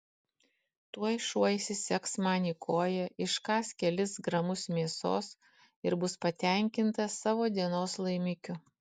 tuoj šuo įsisegs man į koją iškąs kelis gramus mėsos ir bus patenkintas savo dienos laimikiu